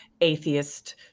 atheist